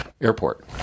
airport